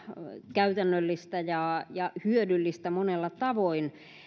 käytännöllistä ja ja hyödyllistä monella tavoin